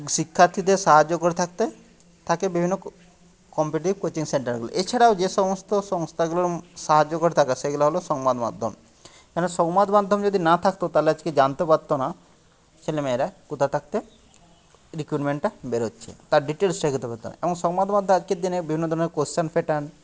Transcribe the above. শিক্ষার্থীদের সাহায্য করে থাকতে থাকে বিভিন্ন কম্পিটিভ কোচিং সেন্টারগুলি এছাড়াও এছাড়াও যে সমস্ত সংস্থাগুলোর সাহায্য করা থাকা সেইগুলা হলো সংবাদ মাধ্যম কারণ সংবাদ মাধ্যম যদি না থাকতো তাহলে আজকে জানতে পারতো না ছেলেমেয়েরা কোথা থাকতে রিক্রুটমেন্টটা বেরোচ্ছে তার ডিটেলস চেক করতে পারতো না এবং সংবাদ মাধ্যম আজকের দিনে বিভিন্ন ধরণের কোশ্চেন প্যাটার্ন